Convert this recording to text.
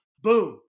boom